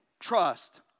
trust